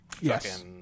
Yes